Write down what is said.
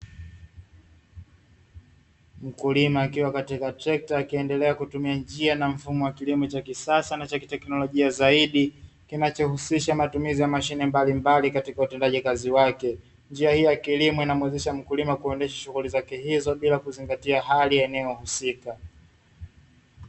Mkulima akiwa katika trekta akiendelea kutumia njia na mfumo wa kilimo cha kisasa na cha kiteknolojia zaidi kinachohusisha matumizi ya mashine mbalimbali katika utendaji kazi wake, njia hii ya kilimo inamuwezesha mkulima kuendesha shughuli zake hizo bila kuzingatia hali ya eneo husika.